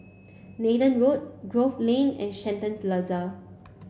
Nathan Road Grove Lane and Shenton Plaza